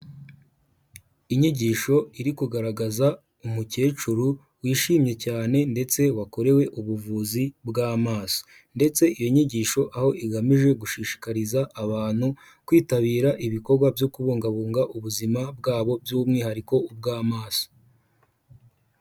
Inyigisho iri kugaragaza umukecuru wishimye cyane ndetse wakorewe ubuvuzi bw'amaso, ndetse iyo nyigisho aho igamije gushishikariza abantu kwitabira ibikorwa byo kubungabunga ubuzima bwabo, by'umwihariko ubw'amaso.